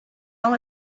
all